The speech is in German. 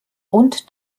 und